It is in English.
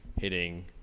hitting